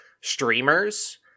streamers